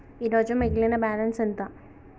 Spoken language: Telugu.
ఈరోజు మిగిలిన బ్యాలెన్స్ ఎంత?